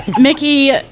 Mickey